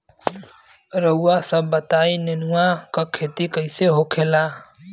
रउआ सभ बताई नेनुआ क खेती कईसे होखेला?